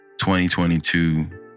2022